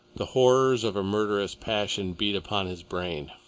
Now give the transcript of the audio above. the horrors of a murderous passion beat upon his brain.